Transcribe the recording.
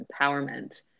empowerment